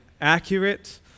accurate